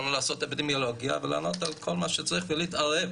יכולנו לעשות אפידמיולוגיה ולענות על כל מה שצריך בלי להתערב,